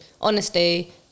Honesty